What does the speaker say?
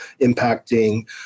impacting